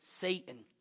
Satan